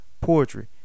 poetry